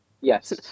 Yes